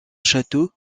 château